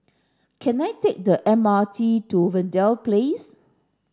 can I take the M R T to Verde Place